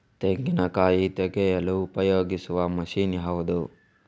ತೆಂಗಿನಕಾಯಿ ತೆಗೆಯಲು ಉಪಯೋಗಿಸುವ ಮಷೀನ್ ಯಾವುದು?